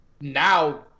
now